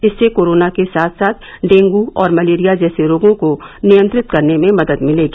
इससे कोरोना के साथ साथ डेंगू और मलेरिया जैसे रोगों को नियंत्रित करने में मदद मिलेगी